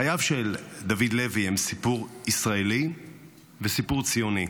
חייו של דוד לוי הם סיפור ישראלי וסיפור ציוני.